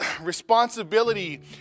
responsibility